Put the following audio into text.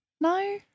no